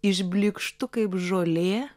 išblykštu kaip žolė